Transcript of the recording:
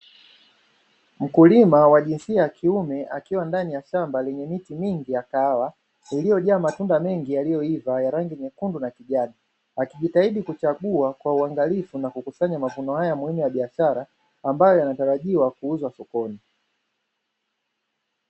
Mkulima wa jinsia ya kiume akiwa ndani ya shamba lenye miti mingi ya kahawa, iliyojaa matunda mengi yaliyoiva ya rangi nyekundu na kijani, akijitahidi kuchagua kwa uangalifu na kukusanya mavuno haya muhimu ya biashara ambayo yanatarajiwa kuuzwa sokoni.